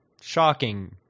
shocking